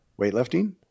weightlifting